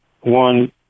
one